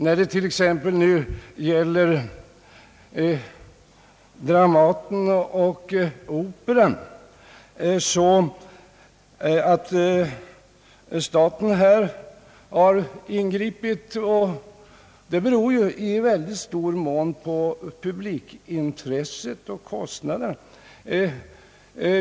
När det gäller Dramaten och Operan har ju staten ingripit, något som till stor del beror på publikintresset och kostnaderna.